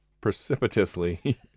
precipitously